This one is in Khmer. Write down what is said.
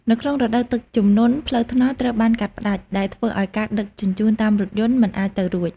នៅក្នុងរដូវទឹកជំនន់ ផ្លូវថ្នល់ត្រូវបានកាត់ផ្តាច់ ដែលធ្វើឱ្យការដឹកជញ្ជូនតាមរថយន្តមិនអាចទៅរួច។